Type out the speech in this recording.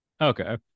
Okay